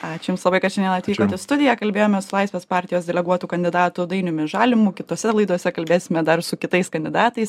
ačiū jums labai kad šiandien atvykot į studiją kalbėjomės su laisvės partijos deleguotu kandidatu dainiumi žalimu kitose laidose kalbėsime dar su kitais kandidatais